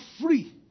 free